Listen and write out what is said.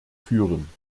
führen